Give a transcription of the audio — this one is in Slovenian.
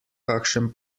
kakšen